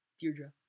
Deirdre